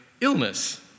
illness